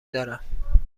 دارم